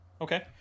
Okay